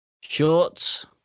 Shorts